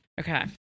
Okay